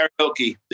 karaoke